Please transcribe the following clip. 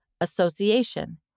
Association